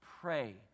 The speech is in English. pray